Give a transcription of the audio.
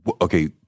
Okay